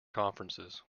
conferences